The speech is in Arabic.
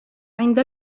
عند